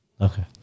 Okay